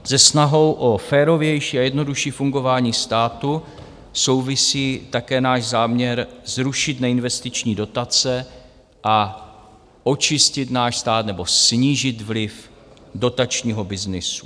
Se snahou o férovější a jednodušší fungování státu souvisí také náš záměr zrušit neinvestiční dotace a očistit náš stát nebo snížit vliv dotačního byznysu.